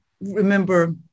remember